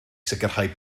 sicrhau